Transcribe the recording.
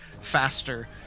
faster